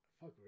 Fuck